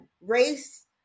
Race